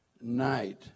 night